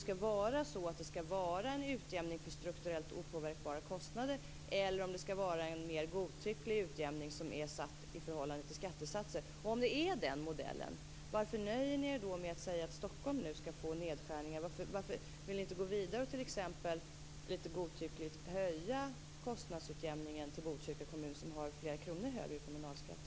Skall det vara en utjämning för strukturellt opåverkbara kostnader eller skall det vara en mer godtycklig utjämning som är satt i förhållande till skattesatser? Om det är den modellen, varför nöjer ni er då med att säga att Stockholm nu skall få nedskärningar? Varför vill ni inte gå vidare och t.ex. lite godtyckligt höja kostnadsutjämningen till Botkyrka kommun, som har flera kronor högre kommunalskatt?